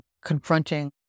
confronting